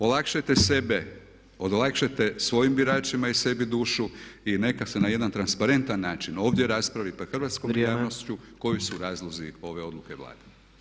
Olakšajte sebe, olakšajte svojim biračima i sebi duši i neka se na jedan transparentan način ovdje raspravi pred hrvatskom javnošću koji su razlozi ove odluke Vlade.